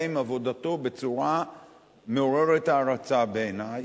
עם עבודתו בצורה מעוררת הערצה בעיני,